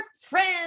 friends